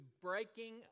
breaking